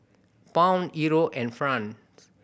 Pound Euro and franc